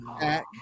back